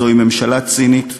זוהי ממשלה צינית,